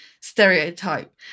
stereotype